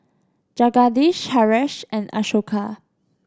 Jagadish Haresh and Ashoka